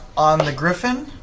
on the griffon.